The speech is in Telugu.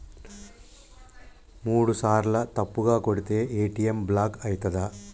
మూడుసార్ల తప్పుగా కొడితే ఏ.టి.ఎమ్ బ్లాక్ ఐతదా?